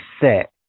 set